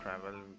travel